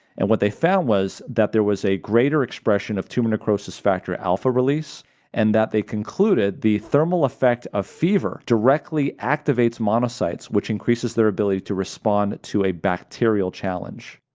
and what they found was that there was a greater expression of tumor necrosis factor alpha release and that they concluded the thermal effect of fever directly activates activates monocytes, which increases their ability to respond to a bacterial challenge.